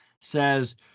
Says